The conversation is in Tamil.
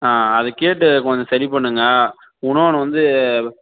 அது கேட்டு கொஞ்சம் சரி பண்ணுங்க இன்னொன்னு வந்து